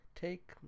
take